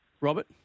Robert